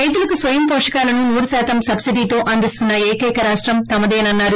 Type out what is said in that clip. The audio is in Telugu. రైతులకు స్వయం పోషకాలను నూరు శాతం సబ్పిడీతో అందిస్తున్న ఏకైక రాష్టం తమేదే నని చెప్పారు